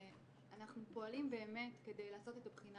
אנחנו פועלים באמת כדי לעשות את הבחינה